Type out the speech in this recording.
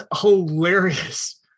hilarious